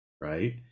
right